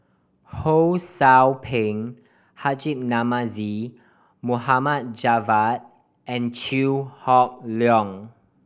Ho Sou Ping Haji Namazie Mohd Javad and Chew Hock Leong